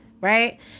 right